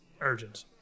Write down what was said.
urgent